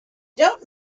don’t